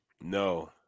No